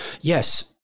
yes